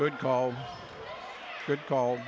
good call good call